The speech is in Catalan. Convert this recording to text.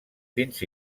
fins